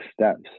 steps